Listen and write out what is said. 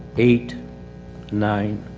eight nine